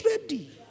ready